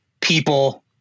people